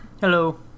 Hello